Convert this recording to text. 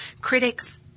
Critics